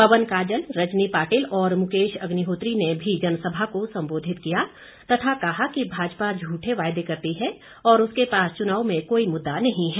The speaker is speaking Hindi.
पवन काजल रजनी पाटिल और मुकेश अग्निहोत्री ने जनसभा को संबोधित किया तथा कहा कि भाजपा झूठे वायदे करती है और उसके पास चुनाव में कोई मुद्दा नहीं है